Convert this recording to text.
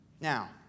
Now